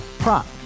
Prop